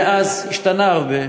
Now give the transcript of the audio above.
מאז השתנה הרבה,